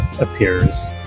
appears